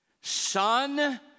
Son